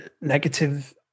negative